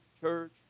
church